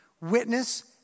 witness